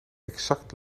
exact